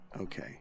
okay